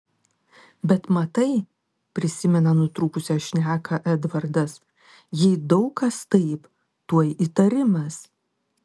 bet matai prisimena nutrūkusią šneką edvardas jei daug kas taip tuoj įtarimas